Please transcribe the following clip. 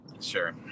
Sure